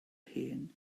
hen